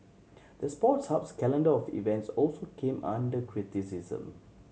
the Sports Hub's calendar of events also came under criticism